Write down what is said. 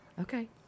Okay